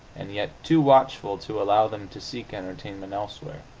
and yet too watchful to allow them to seek entertainment elsewhere.